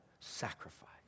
sacrifice